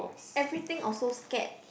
everything also scared